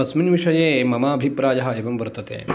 अस्मिन् विषये मम अभिप्रायः एवं वर्तते